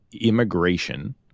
immigration